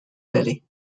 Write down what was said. belly